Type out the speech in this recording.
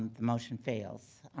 the motion fails.